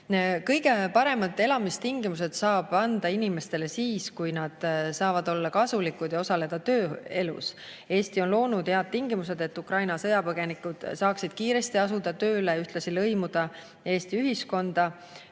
Kõige paremad elamistingimused saab inimestele anda siis, kui nad saavad olla kasulikud ja osaleda tööelus. Eesti on loonud head tingimused, et Ukraina sõjapõgenikud saaksid kiiresti tööle asuda ja ühtlasi lõimuda Eesti ühiskonda.